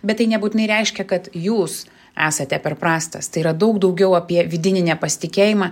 bet tai nebūtinai reiškia kad jūs esate per prastas tai yra daug daugiau apie vidinį nepasitikėjimą